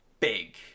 big